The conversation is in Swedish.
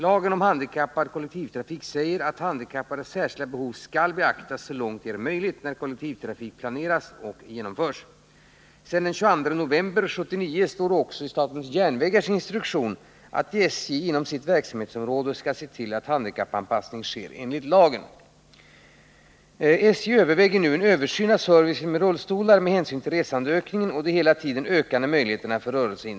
Lagen om handikappanpassad kollektivtrafik säger att handikappades särskilda behov skall beaktas så långt det är möjligt när kollektivtrafik planeras och genomförs. Sedan den 22 november 1979 står det också i statens järnvägars instruktion att SJ inom sitt verksamhetsområde skall se till att handikappanpassning sker enligt lagen.